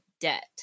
debt